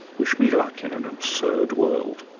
wish me luck, in an absurd world